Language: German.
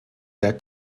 der